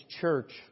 church